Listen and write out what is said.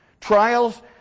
trials